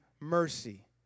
mercy